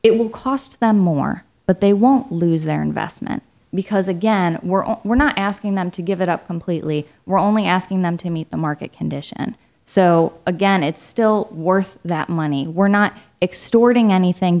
it will cost them more but they won't lose their investment because again we're we're not asking them to give it up completely we're only asking them to meet the market condition so again it's still worth that money we're not